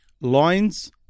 lines